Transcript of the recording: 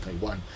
Taiwan